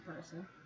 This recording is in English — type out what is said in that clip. person